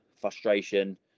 Frustration